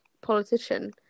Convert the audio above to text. politician